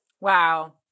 Wow